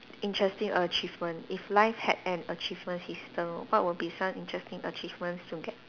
interesting achievement if life had an achievement system what would be some interesting achievements to get